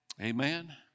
Amen